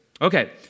Okay